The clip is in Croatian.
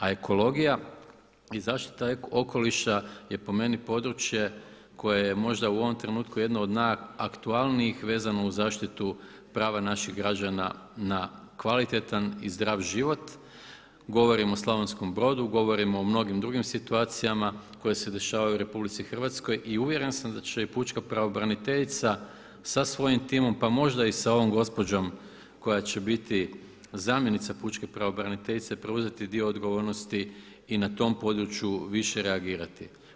A ekologija i zaštita okoliša je po meni područje koje je možda u ovom trenutku jedno od najaktualnijih vezano uz zaštitu prava naših građana na kvalitetan i zdrav život, govorim o Slavonskom Brodu, govorim o mnogim drugim situacijama koje se dešavaju u RH i uvjeren sam da će i pučka pravobraniteljica sa svojim timom pa možda i sa ovom gospođom koja će biti zamjenica pučke pravobraniteljice preuzeti dio odgovornosti i na tom području više reagirati.